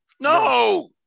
No